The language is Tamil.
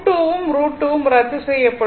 √2 வும் √2 வும் ரத்து செய்யப்படும்